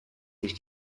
sich